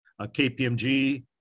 KPMG